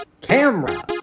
camera